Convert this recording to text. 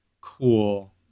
cool